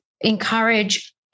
encourage